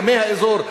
עמי האזור,